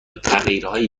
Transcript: تغییرهایی